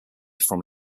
from